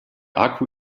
akku